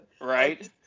Right